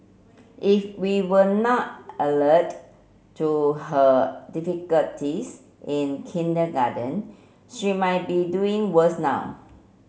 if we were not alert to her difficulties in kindergarten she might be doing worse now